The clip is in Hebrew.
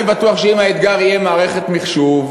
אני בטוח שאם האתגר יהיה מערכת מחשוב,